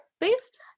based